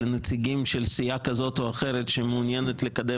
בדרך כלל נציגים של סיעה כזאת או אחרת שמעוניינת לקדם